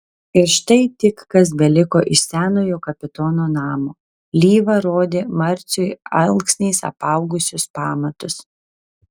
ir štai tik kas beliko iš senojo kapitono namo lyva rodė marciui alksniais apaugusius pamatus